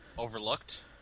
Overlooked